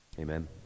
amen